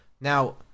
Now